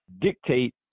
dictate